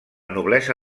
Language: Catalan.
noblesa